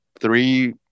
three